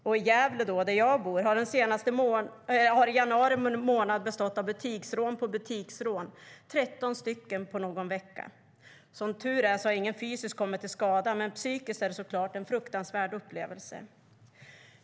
I Gävle där jag bor har januari månad bestått av butiksrån på butiksrån - 13 stycken på någon vecka. Som tur är har ingen fysiskt kommit till skada, men psykiskt är det såklart en fruktansvärd upplevelse.